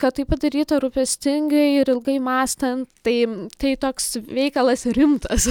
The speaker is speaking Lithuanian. kad tai padaryta rūpestingai ir ilgai mąstant tai tai toks veikalas rimtas